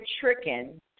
tricking